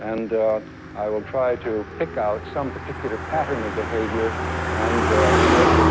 and i will try to pick out some particular pattern of behavior and make it